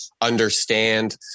understand